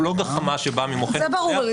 הוא לא גחמה שבאה -- זה ברור לי,